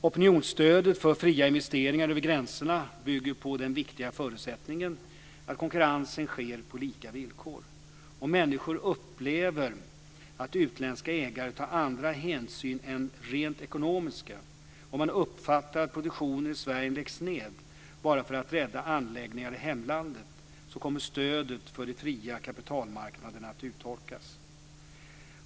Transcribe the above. Opinionsstödet för fria investeringar över gränserna bygger på den viktiga förutsättningen att konkurrensen sker på lika villkor. Om människor upplever att utländska ägare tar andra hänsyn än rent ekonomiska, om man uppfattar att produktion i Sverige läggs ned bara för att rädda anläggningar i hemlandet, kommer stödet för de fria kapitalmarknaderna att urholkas.